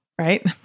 right